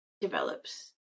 develops